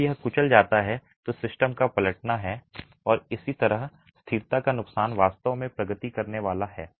जब यह कुचल जाता है तो सिस्टम का पलटना और इसी तरह स्थिरता का नुकसान वास्तव में प्रगति करने वाला है